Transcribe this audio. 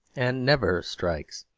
and never strikes.